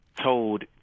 told